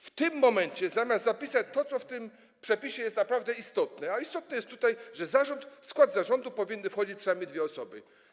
W tym momencie, zamiast zapisać to, co w tym przepisie jest naprawdę istotne, a istotne jest tutaj, że w skład zarządu powinny wchodzić co najmniej dwie osoby.